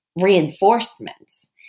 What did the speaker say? reinforcements